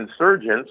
insurgents